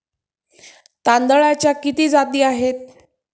तांदळाच्या किती जाती आहेत?